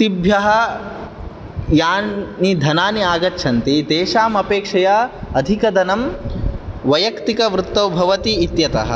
तिभ्यः यानि धनानि आगच्छन्ति तेषाम् अपेक्षया अधिक धनम् वैय्यक्तिक वृत्तौ भवति इत्यतः